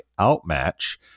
Outmatch